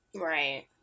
Right